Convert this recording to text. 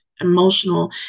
emotional